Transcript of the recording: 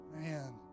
man